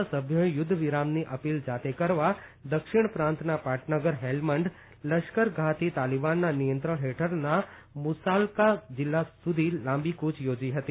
ના સભ્યોએ યુદ્ધ વિરામની અપીલ જાતે કરવા દક્ષિણ પ્રાંતના પાટનગર હેલ્મંડ લશ્કરગાહથી તાલીબાનના નિયંત્રણ હેઠળના મુસાકલા જિલ્લા સુધી લાંબી કૃય યોજી હતી